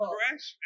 Fresh